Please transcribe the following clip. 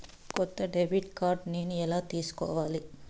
కొత్త debit card నేను ఎలా తీసుకోవాలి?